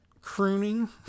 Crooning